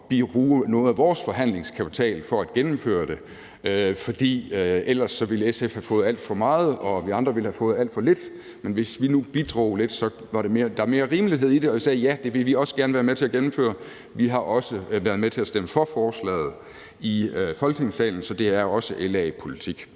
at bruge noget af vores forhandlingskapital til at gennemføre det, for ellers ville SF have fået alt for meget og vi andre ville have fået alt for lidt. Hvis vi nu bidrog lidt, var der mere rimelighed i det, og vi sagde: Ja, det vil vi også gerne være med til at gennemføre. Vi har også været med til at stemme for forslaget i Folketingssalen, så det er også LA-politik.